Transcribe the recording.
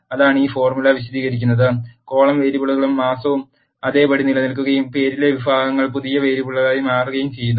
അതാണ് ഈ ഫോർമുല വിശദീകരിക്കുന്നത് കോളം വേരിയബിളും മാസവും അതേപടി നിലനിൽക്കുകയും പേരിലെ വിഭാഗങ്ങൾ പുതിയ വേരിയബിളായി മാറുകയും ചെയ്യുന്നു